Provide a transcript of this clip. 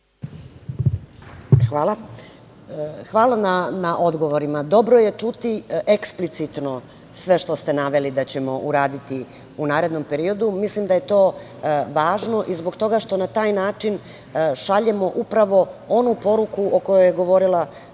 Hvala. Hvala na odgovorima. Dobro je čuti eksplicitno sve što ste naveli da ćemo uraditi u narednom periodu. Mislim da je to važno i zbog toga što na taj način šaljemo upravo onu poruku o kojoj je govorila